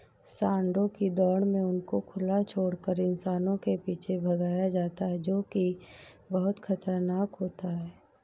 सांडों की दौड़ में उनको खुला छोड़कर इंसानों के पीछे भगाया जाता है जो की बहुत खतरनाक होता है